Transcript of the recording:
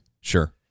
Sure